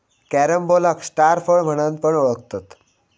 कॅरम्बोलाक स्टार फळ म्हणान पण ओळखतत